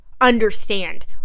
understand